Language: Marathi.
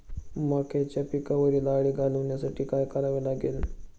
मक्याच्या पिकावरील अळी घालवण्यासाठी काय करावे लागेल?